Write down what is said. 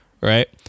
Right